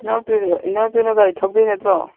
ꯏꯅꯥꯎꯇꯣꯟꯅ ꯒꯥꯔꯤ ꯊꯧꯗꯣꯏ ꯅꯠꯇ꯭ꯔꯣ